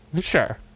Sure